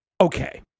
Okay